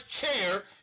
chair